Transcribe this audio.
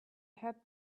had